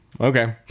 okay